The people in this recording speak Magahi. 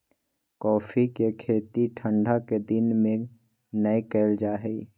कॉफ़ी के खेती ठंढा के दिन में नै कइल जा हइ